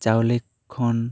ᱪᱟᱹᱣᱞᱤ ᱠᱷᱚᱱ